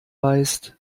weißt